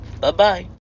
Bye-bye